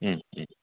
Om Om